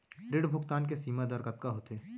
ऋण भुगतान के सीमा दर कतका होथे?